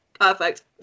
Perfect